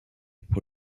pour